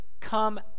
come